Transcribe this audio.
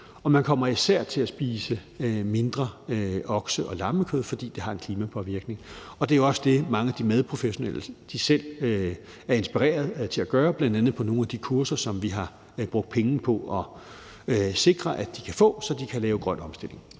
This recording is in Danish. og man kommer især til at spise mindre okse- og lammekød, fordi det har en klimapåvirkning. Det er også det, mange af de madprofessionelle selv skal inspireres til at gøre, bl.a. på nogle af de kurser, som vi har brugt penge på at sikre de kan få, så de kan lave en grøn omstilling.